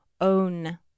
own